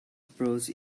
approach